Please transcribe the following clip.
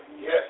Yes